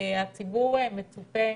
הציבור מצופה,